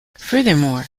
furthermore